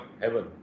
heaven